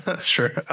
Sure